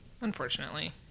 unfortunately